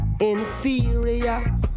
inferior